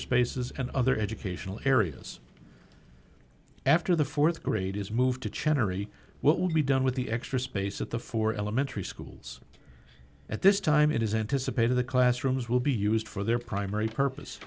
spaces and other educational areas after the th grade is moved to chen or what will be done with the extra space at the four elementary schools at this time it is anticipated the classrooms will be used for their primary purpose